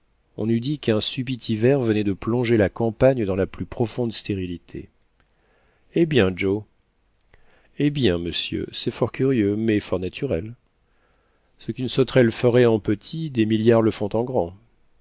on eut dit qu'un subit hiver venait de plonger la campagne dans la plus profonde stérilité eh bien joe eh bien monsieur c'est fort curieux mais fort naturel ce qu'une sauterelle ferait en petit des milliards le font en grand